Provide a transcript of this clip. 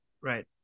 Right